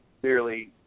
Clearly